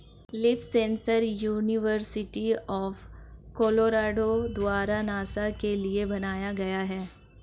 leaf sensor university of Colorado द्वारा NASA के लिए बनाया गया था